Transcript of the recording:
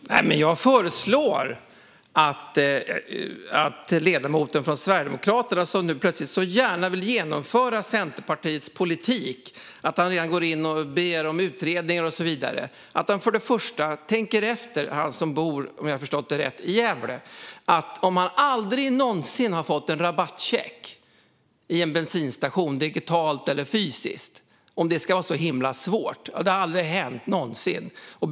Herr talman! Jag föreslår att ledamoten från Sverigedemokraterna - som nu plötsligt så gärna vill genomföra Centerpartiets politik att han redan ber om utredningar och så vidare - för det första tänker efter. Ledamoten bor, om jag har förstått det rätt, i Gävle - har det då aldrig hänt att han fått en rabattcheck i en bensinstation, digitalt eller fysiskt? Skulle det vara så himla svårt att det aldrig någonsin har hänt?